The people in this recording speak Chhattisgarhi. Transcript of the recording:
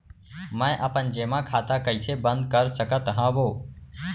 मै अपन जेमा खाता कइसे बन्द कर सकत हओं?